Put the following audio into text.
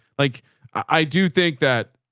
like i do think that,